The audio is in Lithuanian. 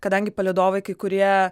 kadangi palydovai kai kurie